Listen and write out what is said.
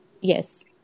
yes